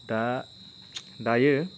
दा दायो